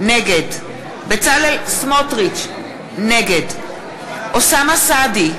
נגד בצלאל סמוטריץ, נגד אוסאמה סעדי,